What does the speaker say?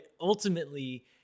ultimately